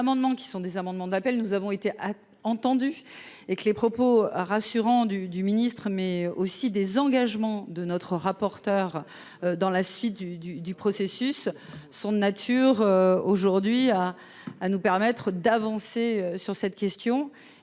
qui sont des amendements d'appel, nous avons été entendus et que les propos rassurants du du ministre- mais aussi des engagements de notre rapporteur dans la suite du du du processus sont de nature aujourd'hui à à nous permettre d'avancer sur cette question